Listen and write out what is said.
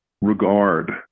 regard